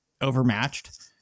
overmatched